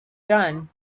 done